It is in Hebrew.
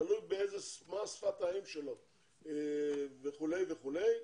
תלוי מה שפת האם שלו וכו' וכו',